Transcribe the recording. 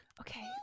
Okay